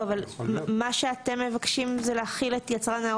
לא, אבל מה שאתם מבקשים זה להחיל את יצרן.